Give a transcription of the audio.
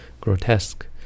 grotesque